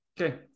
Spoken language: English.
Okay